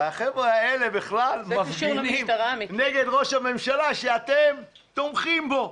החבר'ה האלה בכלל מפגינים נגד ראש הממשלה שאתם תומכים בו.